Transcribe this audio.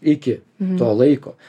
iki to laiko